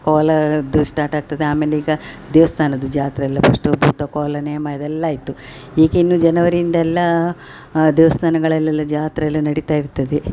ಕೋಲದ್ದು start ಆಗ್ತದೆ ಆಮೇಲೆ ಈಗ ದೇವ್ಸ್ಥಾನದ್ದು ಜಾತ್ರೆಯೆಲ್ಲ ಫಸ್ಟು ಭೂತಕೋಲ ನೇಮ ಇದೆಲ್ಲ ಆಯಿತು ಈಗ ಇನ್ನು ಜನವರಿಯಿಂದೆಲ್ಲ ದೇವ್ಸ್ಥಾನಗಳಲ್ಲೆಲ್ಲ ಜಾತ್ರೆಯೆಲ್ಲ ನಡಿತಾ ಇರ್ತದೆ